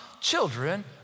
children